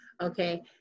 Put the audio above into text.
okay